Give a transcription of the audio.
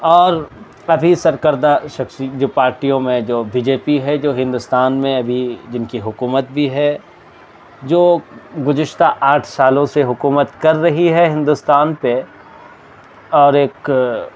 اور ابھی سرکردہ شخصی جو پارٹیوں میں جو بی جے پی ہے جو ہندوستان میں ابھی جن کی حکومت بھی ہے جو گزشتہ آٹھ سالوں سے حکومت کر رہی ہے ہندوستان پہ اور ایک